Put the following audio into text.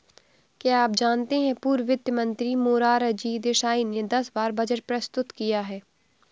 क्या आप जानते है पूर्व वित्त मंत्री मोरारजी देसाई ने दस बार बजट प्रस्तुत किया है?